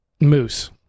Moose